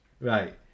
right